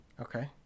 Okay